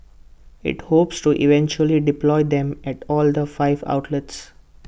IT hopes to eventually deploy them at all five outlets